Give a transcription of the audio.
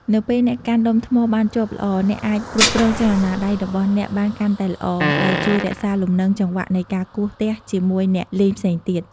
នៅពេលអ្នកកាន់ដុំថ្មបានជាប់ល្អ អ្នកអាចគ្រប់គ្រងចលនាដៃរបស់អ្នកបានកាន់តែល្អ ដែលជួយរក្សាលំនឹងចង្វាក់នៃការគោះទះជាមួយអ្នកលេងផ្សេងទៀត។